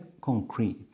concrete